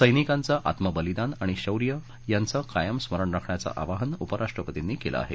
सैनिकाचं आत्मवलिदान आणि शौर्य यांचं कायम स्मरण राखण्याचं आवाहन उपराष्ट्रपतीनी केलं आहे